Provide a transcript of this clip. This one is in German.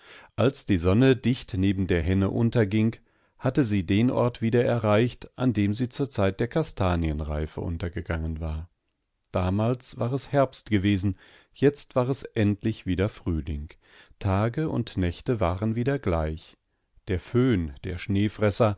als die sonne dicht neben der henne unterging hatte sie den ort wieder erreicht an dem sie zur zeit der kastanienreife untergegangen war damals war es herbst gewesen jetzt war es endlich wieder frühling tage und nächte waren wieder gleich der föhn der